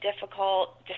difficult